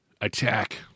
attack